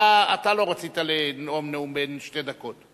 אתה לא רצית לנאום נאום בן שתי דקות.